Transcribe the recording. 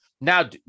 now